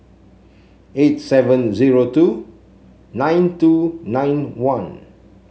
eight seven zero two nine two nine one